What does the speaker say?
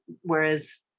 whereas